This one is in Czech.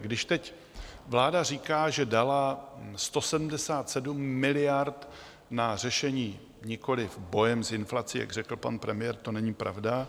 Když teď vláda říká, že dala 177 miliard na řešení nikoliv boje s inflací, jak řekl pan premiér, to není pravda.